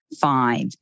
Five